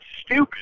stupid